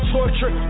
Torture